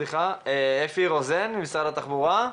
אפי רוזן ממשרד התחבורה בבקשה.